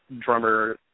drummer